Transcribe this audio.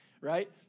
right